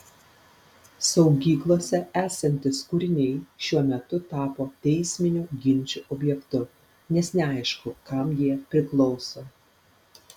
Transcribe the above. saugyklose esantys kūriniai šiuo metu tapo teisminių ginčų objektu nes neaišku kam jie priklauso